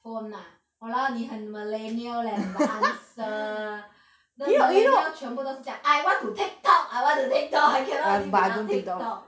phone ah !walao! 你很 millennial leh 你的 answer the millennial 全部都是这样 I want to tiktok I want to tiktok I cannot live without tiktok